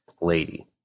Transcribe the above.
lady